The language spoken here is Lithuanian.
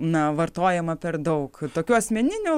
na vartojama per daug tokių asmeninių